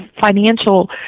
financial